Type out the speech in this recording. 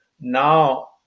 now